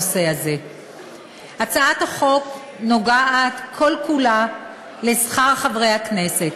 נושא ההצעה נוגע לכל אחת ואחד מכם,